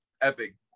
epic